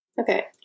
Okay